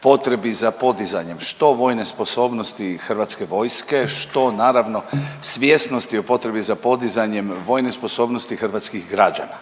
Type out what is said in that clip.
potrebi za podizanjem što vojne sposobnosti i Hrvatske vojske, što naravno svjesnosti o potrebi za podizanjem vojne sposobnosti hrvatskih građana.